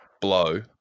blow